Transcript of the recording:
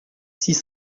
six